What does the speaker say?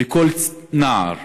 וכל נער